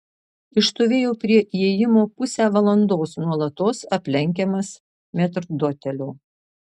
išstovėjau prie įėjimo pusę valandos nuolatos aplenkiamas metrdotelio